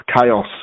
chaos